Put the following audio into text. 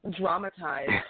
dramatized